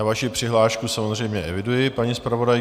Vaši přihlášku samozřejmě eviduji, paní zpravodajko.